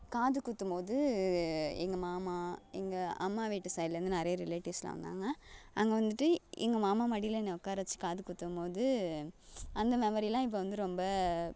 காது குத்தும் போது எங்கள் மாமா எங்கள் அம்மா வீட்டு சைடுலேருந்து நிறைய ரிலேட்டிவ்ஸ்லாம் வந்தாங்க அங்கே வந்துட்டு எங்கள் மாமா மடியில் என்னை உக்கார வச்சு காது குத்தும் போது அந்த மெமரிலாம் இப்போ வந்து ரொம்ப